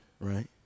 right